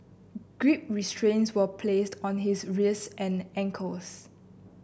grip restraints were placed on his wrists and ankles